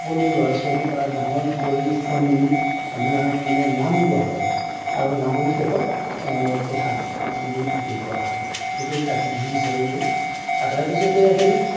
সকলো ল'ৰা ছোৱালী বা গাঁৱৰ বয়োজ্যেষ্ঠ মিলি আমি মানে নামগোৱা হয় আৰু নামৰ শেষত প্ৰসাদ আমি হেৰি কৰা হয় সেইটো কাতি বিহু হিচাপে গ'ল আৰু তাৰপিছতেই আহিল